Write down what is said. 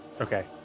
Okay